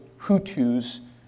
Hutus